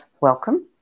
welcome